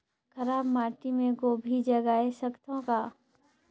खराब माटी मे गोभी जगाय सकथव का?